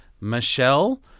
Michelle